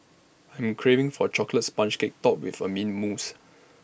I'm craving for A Chocolate Sponge Cake Topped with Mint Mousse